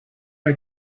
her